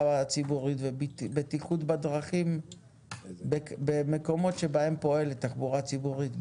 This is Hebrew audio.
ציבורית ובטיחות בדרכים במקומות שבהם פועלת תחבורה ציבורית,